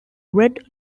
read